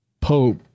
Pope